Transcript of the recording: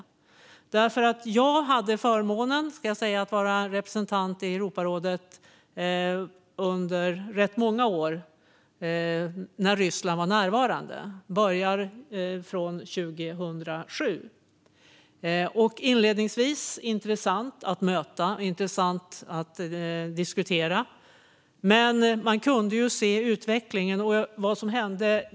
Jag hade under ganska många år, med början 2007, förmånen att vara representant i Europarådet när Ryssland var närvarande. Det var inledningsvis intressant att mötas och diskutera. Men man kunde se utvecklingen.